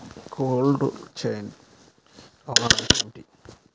Cold chain రవాణా అంటే ఏమిటీ?